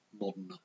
modern